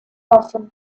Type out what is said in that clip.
often